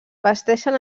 vesteixen